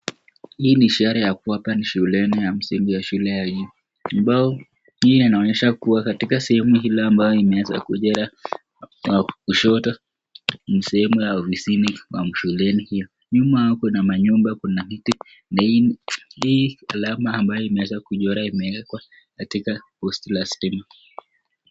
Hii ni ishara ya kuwa hapa ni shuleni ya msingi ya shule ya juu. Ambayo hii inaonyesha kuwa katika sehemu hili ambayo imeeza kuchora mwa kushoto ni sehemu ya ofisini mwa shuleni hiyo. Nyuma yao kuna manyumba, kuna miti na hii alama ambaye imeweza kuchora imewekwa katika posti la stima.